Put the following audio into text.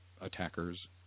attackers